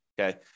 okay